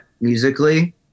musically